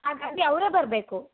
ಹಾಗಾಗಿ ಅವರೇ ಬರಬೇಕು